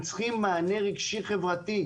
הם צריכים מענה רגשי-חברתי.